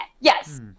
yes